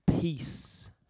Peace